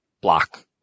block